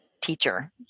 Teacher